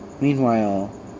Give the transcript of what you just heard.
Meanwhile